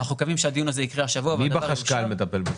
אנחנו מקווים שהדיון הזה יקרה השבוע ו --- מי בחשכ"ל מטפל בזה?